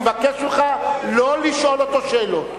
אני מבקש ממך לא לשאול אותו שאלות.